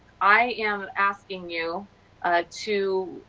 i am asking you to,